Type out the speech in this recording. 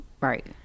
right